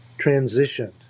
transitioned